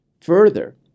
Further